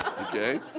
Okay